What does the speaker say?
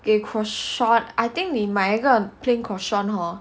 给 croissant I think 你买个 plain croissant hor